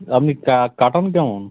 আপনি কাটান কেমন